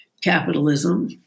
capitalism